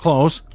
Close